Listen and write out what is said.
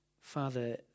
Father